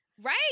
Right